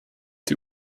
die